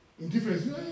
Indifference